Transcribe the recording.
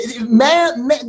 man